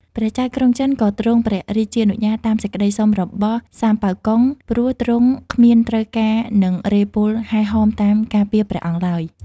ព្រះចៅក្រុងចិនក៏ទ្រង់ព្រះរាជានុញ្ញាតតាមសេចក្ដីសុំរបស់ សាមប៉ាវកុង ព្រោះទ្រង់គ្មានត្រូវការនឹងរេហ៍ពលហែហមតាមការពារព្រះអង្គឡើយ ។